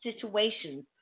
Situations